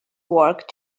work